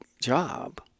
job